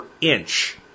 inch